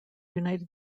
united